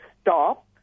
stop